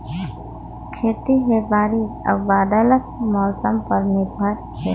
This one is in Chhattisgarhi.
खेती ह बारिश अऊ बदलत मौसम पर निर्भर हे